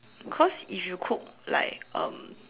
cause if you cook like um